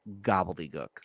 gobbledygook